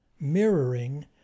mirroring